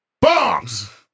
bombs